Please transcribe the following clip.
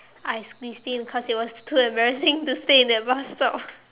I squeezed in because it was too embarrassing to stay in that bus stop